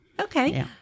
Okay